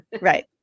Right